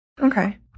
Okay